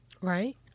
right